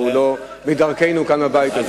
והוא לא מדרכנו כאן בבית הזה.